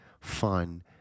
fun